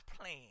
plan